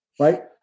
Right